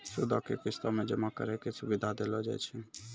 सूदो के किस्तो मे जमा करै के सुविधा देलो जाय छै